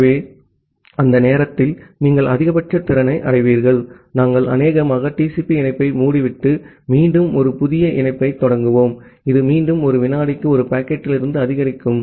ஆகவே அந்த நேரத்தில் நீங்கள் அதிகபட்ச திறனை அடைவீர்கள் நாங்கள் அநேகமாக TCP இணைப்பை மூடிவிட்டு மீண்டும் ஒரு புதிய இணைப்பைத் தொடங்குவோம் இது மீண்டும் ஒரு வினாடிக்கு ஒரு பாக்கெட்டிலிருந்து அதிகரிக்கும்